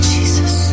Jesus